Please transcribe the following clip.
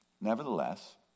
Nevertheless